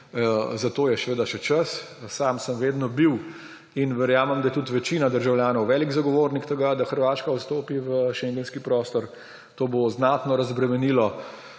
seveda še čas. Sam sem vedno bil in verjamem, da tudi večina državljanov, velik zagovornik tega, da Hrvaška vstopi v schengenski prostor. To bo znatno razbremenilo